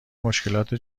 مشکلات